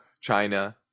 China